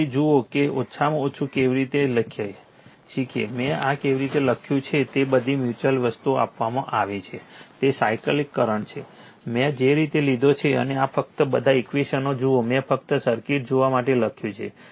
તેથી જુઓ કે ઓછામાં ઓછું કેવી રીતે શીખશે કે મેં આ કેવી રીતે લખ્યું છે તે બધી મ્યુચ્યુઅલ વસ્તુઓ આપવામાં આવી છે તે સાઇકલિક કરંટ છે મેં જે રીતે લીધો છે અને ફક્ત આ બધા ઈક્વેશનો જુઓ મેં ફક્ત સર્કિટ જોવા માટે લખ્યું છે